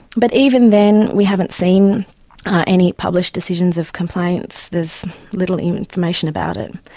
but even then we haven't seen any published decisions of complaints, there's little information about it.